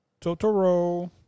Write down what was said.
Totoro